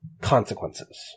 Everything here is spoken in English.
consequences